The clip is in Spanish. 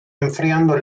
enfriando